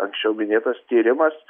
anksčiau minėtas tyrimas